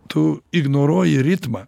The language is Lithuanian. tu ignoruoji ritmą